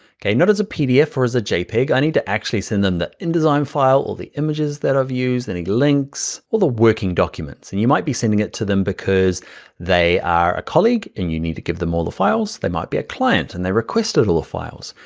okay? not as a pdf or as a jpeg, i need to actually send them the indesign file, all the images that i've used, any links, all the working documents. and you might be sending it to them because they are a colleague and you need to give them all the files. they might be a client and they requested all the files.